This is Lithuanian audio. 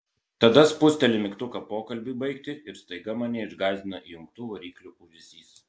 tada spusteli mygtuką pokalbiui baigti ir staiga mane išgąsdina įjungtų variklių ūžesys